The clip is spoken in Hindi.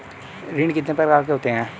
ऋण कितने प्रकार के होते हैं?